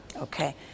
Okay